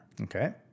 Okay